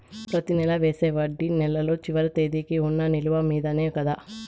ప్రతి నెల వేసే వడ్డీ నెలలో చివరి తేదీకి వున్న నిలువ మీదనే కదా?